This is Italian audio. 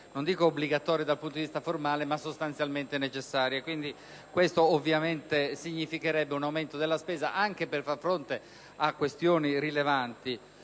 non dico obbligatorie dal punto di vista formale, ma sostanzialmente necessarie. Quindi, ciò significherebbe un aumento della spesa anche per far fronte a questioni rilevanti.